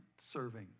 serving